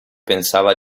pensava